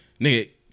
Nigga